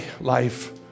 life